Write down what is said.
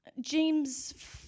James